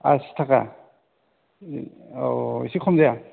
आसि थाखा अ एसे खम जाया